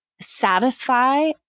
satisfy